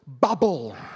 bubble